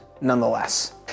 nonetheless